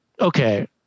Okay